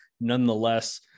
nonetheless